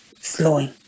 slowing